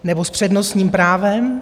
Nebo s přednostním právem.